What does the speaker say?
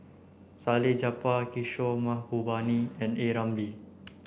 Salleh Japar Kishore Mahbubani and A Ramli